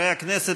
חברי הכנסת,